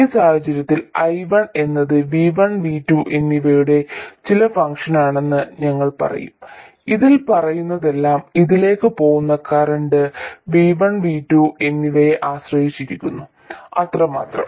ഈ സാഹചര്യത്തിൽ I1 എന്നത് V1 V2 എന്നിവയുടെ ചില ഫംഗ്ഷനാണെന്ന് ഞങ്ങൾ പറയും ഇതിൽ പറയുന്നതെല്ലാം ഇതിലേക്ക് പോകുന്ന കറന്റ് V1 V2 എന്നിവയെ ആശ്രയിച്ചിരിക്കുന്നു അത്രമാത്രം